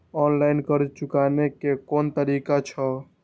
Online कर्ज चुकाने के कोन तरीका छै?